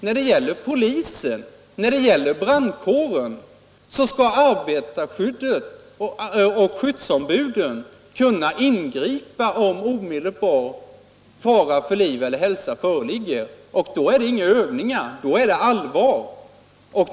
När det gäller polisen och brandkåren skall skyddsombuden kunna ingripa, om omedelbar fara för liv eller hälsa föreligger — och då är det inga övningar, då är det allvar.